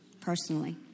personally